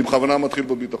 אני בכוונה מתחיל בביטחון.